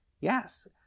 Yes